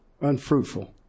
unfruitful